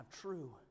true